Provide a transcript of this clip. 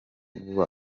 vuba